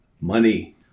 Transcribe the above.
Money